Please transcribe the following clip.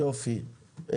יופי.